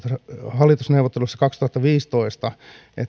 hallitusneuvotteluissa kaksituhattaviisitoista että